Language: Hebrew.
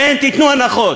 כן, תיתנו הנחות.